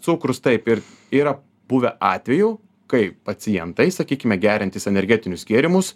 cukrus taip ir yra buvę atvejų kai pacientai sakykime geriantys energetinius gėrimus